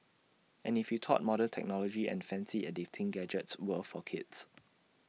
and if you thought modern technology and fancy editing gadgets were for kids